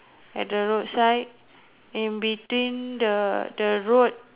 at the roadside in between the the road